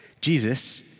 Jesus